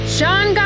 Sean